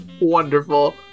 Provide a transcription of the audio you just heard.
wonderful